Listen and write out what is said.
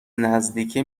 نزدیکه